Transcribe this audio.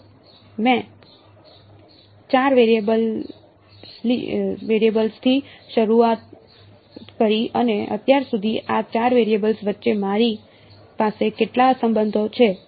તો મેં 4 વેરિયેબલ્સથી શરૂઆત કરી અને અત્યાર સુધી આ 4 વેરિયેબલ્સ વચ્ચે મારી પાસે કેટલા સંબંધો છે